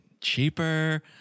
cheaper